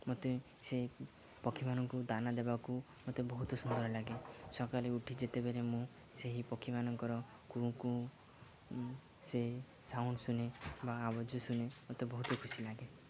ମୋତେ ସେ ପକ୍ଷୀମାନଙ୍କୁ ଦାନା ଦେବାକୁ ମୋତେ ବହୁତ ସୁନ୍ଦର ଲାଗେ ସକାଲୁ ଉଠି ଯେତେବେଲେ ମୁଁ ସେହି ପକ୍ଷୀମାନଙ୍କର କୁଁ କୁଁ ସେ ସାଉଣ୍ଡ ଶୁନେ ବା ଆବଜ ଶୁନେ ମୋତେ ବହୁତ ଖୁସି ଲାଗେ